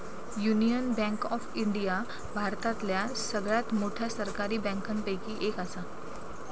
union Bank of India भारतातल्या सगळ्यात मोठ्या सरकारी बँकांपैकी एक असा